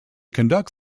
conduct